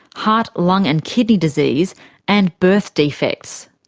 heart, lung and kidney disease and birth defects.